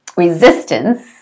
Resistance